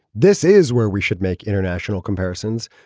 this is where we should make international comparisons.